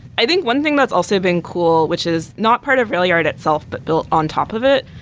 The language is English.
i think one thing that's also been cool, which is not part of railyard itself, but built on top of it,